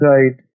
Right